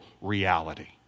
reality